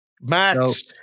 Max